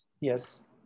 Yes